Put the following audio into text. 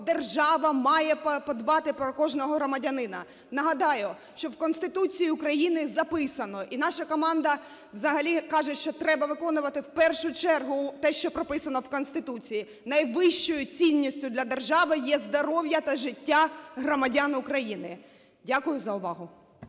держава має подбати про кожного громадянина. Нагадаю, що в Конституції України записано, і наша команда взагалі каже, що треба виконувати в першу чергу, те, що прописано в Конституції: "Найвищою цінністю для держави є здоров'я та життя громадян України". Дякую за увагу.